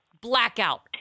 Blackout